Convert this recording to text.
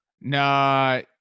No